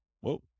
Whoa